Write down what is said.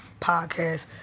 Podcast